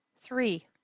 three